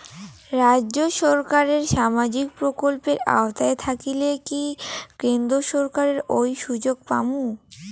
রাজ্য সরকারের সামাজিক প্রকল্পের আওতায় থাকিলে কি কেন্দ্র সরকারের ওই সুযোগ পামু?